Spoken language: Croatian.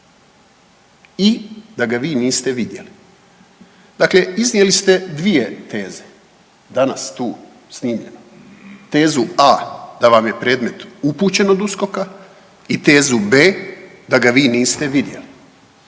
i da ga vi niste vidjeli. Dakle, iznijeli ste dvije teze danas tu snimljeno tezu a) da vam je predmet upućen od USKOK-a i tezu b) da ga vi niste vidjeli.